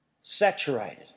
Saturated